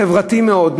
חברתי מאוד,